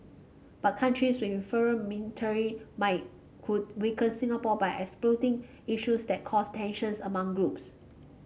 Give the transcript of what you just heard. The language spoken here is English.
but countries with inferior military might could weaken Singapore by exploiting issues that cause tensions among groups